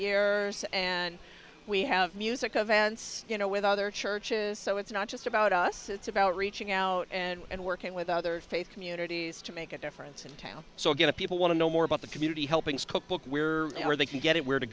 years and we have music events you know with other churches so it's not just about us it's about reaching out and working with other faith communities to make a difference in town so going to people want to know more about the community helping to cook book where are they can get it where to